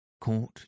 court